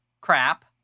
crap